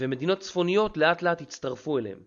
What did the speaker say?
ומדינות צפוניות לאט לאט הצטרפו אליהם.